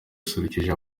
yasusurukije